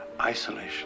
isolation